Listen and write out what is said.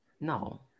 No